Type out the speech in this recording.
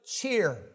cheer